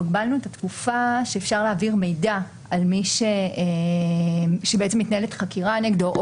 אנחנו הגבלנו את התקופה שבה אפשר להעביר מידע על מי שמתנהלת חקירה נגדו,